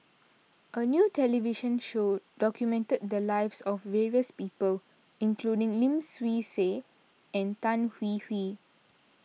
a new television show documented the lives of various people including Lim Swee Say and Tan Hwee Hwee